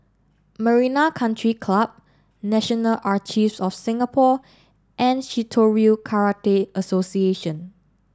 Marina Country Club National of Singapore and Shitoryu Karate Association